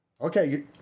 Okay